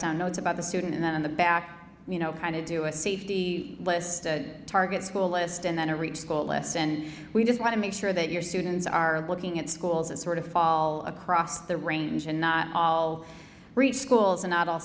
notes about the student and then the back you know kind of do a safety list at target school list and then to reach school lists and we just want to make sure that your students are looking at schools as sort of fall across the range and not all reach schools and not all